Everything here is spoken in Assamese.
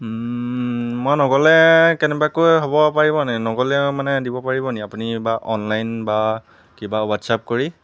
মই নগ'লে কেনেবাকৈ হ'ব পাৰিবনে নগ'লে মানে দিব পাৰিব নেকি আপুনি বা অনলাইন বা কিবা হোৱাটছএপ কৰি